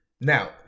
Now